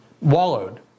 wallowed